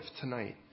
tonight